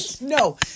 No